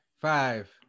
five